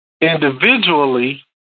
Individually